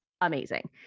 amazing